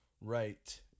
Right